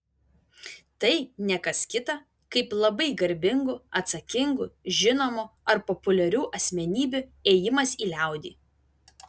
tai ne kas kita kaip labai garbingų atsakingų žinomų ar populiarių asmenybių ėjimas į liaudį